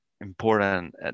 important